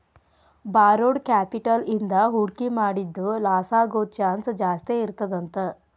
borrowed capital ಇಂದಾ ಹೂಡ್ಕಿ ಮಾಡಿದ್ದು ಲಾಸಾಗೊದ್ ಚಾನ್ಸ್ ಜಾಸ್ತೇಇರ್ತದಂತ